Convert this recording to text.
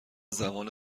زمان